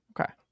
Okay